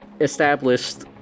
established